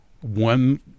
One